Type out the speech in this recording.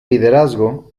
liderazgo